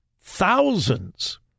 thousands